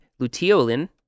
luteolin